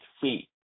feet